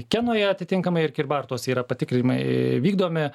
kenoje atitinkamai ir kybartuose yra patikrinimai vykdomi